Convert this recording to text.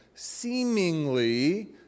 seemingly